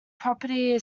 property